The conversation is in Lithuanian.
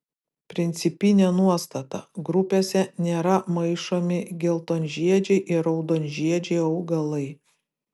principinė nuostata grupėse nėra maišomi geltonžiedžiai ir raudonžiedžiai augalai